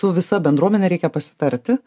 tu visa bendruomene reikia pasitarti